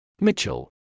Mitchell